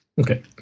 Okay